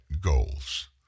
goals